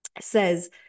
says